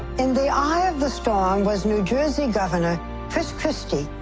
in the eye of the storm was new jersey governor chris christie.